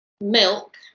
milk